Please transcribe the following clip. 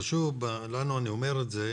חשוב לנו, אני אומר את זה,